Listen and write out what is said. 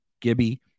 gibby